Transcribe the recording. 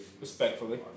Respectfully